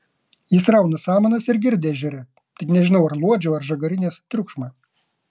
jis rauna samanas ir girdi ežere tik nežinau ar luodžio ar žagarinės triukšmą